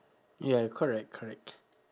ya correct correct